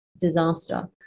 disaster